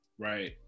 Right